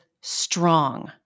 strong